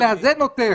--- צריך לאזן אותך.